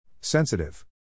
Sensitive